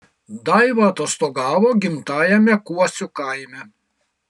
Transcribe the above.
daiva atostogavo gimtajame kuosių kaime